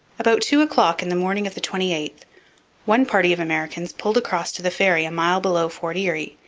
about two o'clock in the morning of the twenty eighth one party of americans pulled across to the ferry a mile below fort erie,